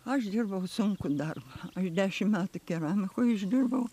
aš dirbau sunkų darbą aš dešimt metų keramikoj išdirbau